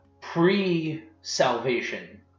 pre-salvation